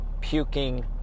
puking